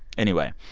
anyway,